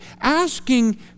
asking